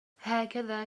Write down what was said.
هكذا